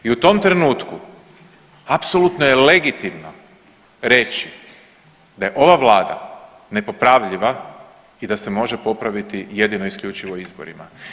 I u tom trenutku apsolutno je legitimno reći da je ova vlada nepopravljiva i da se može popraviti jedino isključivo izborima.